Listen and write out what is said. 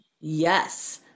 Yes